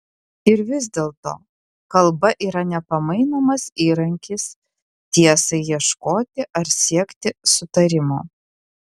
ir vis dėlto kalba yra nepamainomas įrankis tiesai ieškoti ar siekti sutarimo